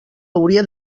hauria